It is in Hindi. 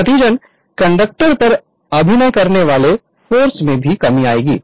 नतीजतन कंडक्टर पर अभिनय करने वाले फोर्स में भी कमी आएगी